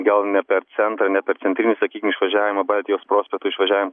gal ne per centrą ne per centrinį sakykim išvažiavimą baltijos prospekto išvažiavim